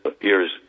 years